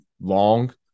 long